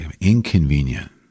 Inconvenient